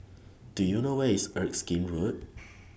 Do YOU know Where IS Erskine Road